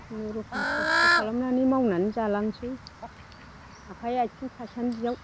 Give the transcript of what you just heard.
खुनुरखम खस्थ खालामनानै मावनानै जालांनोसै आखाइ आथिं थासान्दियाव